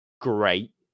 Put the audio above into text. great